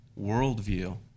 worldview